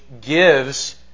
gives